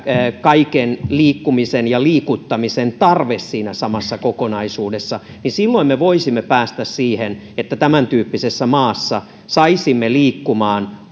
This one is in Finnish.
kaiken liikkumisen ja liikuttamisen tarve siinä samassa kokonaisuudessa silloin me voisimme päästä siihen että tämän tyyppisessä maassa saisimme liikkumaan